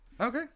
okay